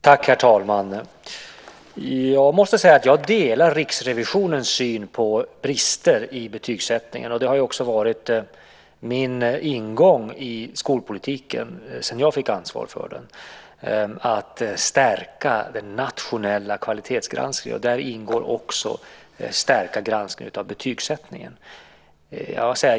Herr talman! Jag delar Riksrevisionens syn på brister i betygssättningen. Det har också varit min ingång i skolpolitiken sedan jag fick ansvar för den att stärka den nationella kvalitetsgranskningen. Där ingår också att stärka granskningen av betygssättningen.